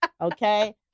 Okay